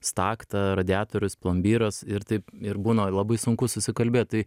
stakta radiatorius plombyras ir taip ir būna labai sunku susikalbėt tai